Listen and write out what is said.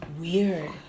Weird